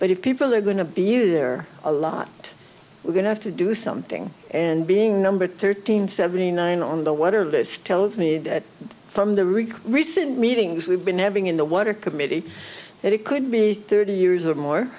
but if people are going to be there a lot we're going to have to do something and being number thirteen seventy nine on the whatever list tells me from the rig recent meetings we've been having in the water committee that it could be thirty years or more